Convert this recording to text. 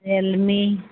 Realme